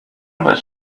about